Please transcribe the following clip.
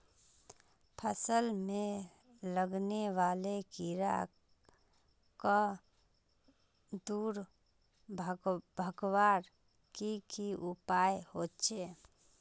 फसल में लगने वाले कीड़ा क दूर भगवार की की उपाय होचे?